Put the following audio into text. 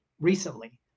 recently